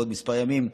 בעוד כמה ימים,